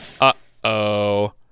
Uh-oh